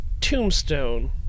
Tombstone